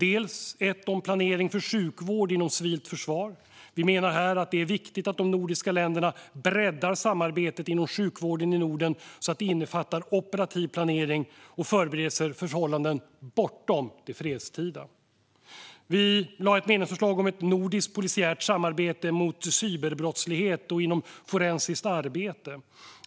Ett handlar om planering för sjukvård inom civilt försvar. Vi menar att det är viktigt att de nordiska länderna breddar samarbetet inom sjukvården i Norden så att det innefattar operativ planering och förberedelser för förhållanden bortom det fredstida. Vi lade också fram ett medlemsförslag om ett nordiskt polisiärt samarbete mot cyberbrottslighet och inom forensiskt arbete.